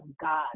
god